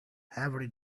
every